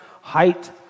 height